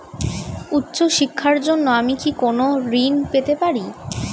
উচ্চশিক্ষার জন্য আমি কি কোনো ঋণ পেতে পারি?